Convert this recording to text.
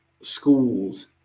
schools